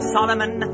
Solomon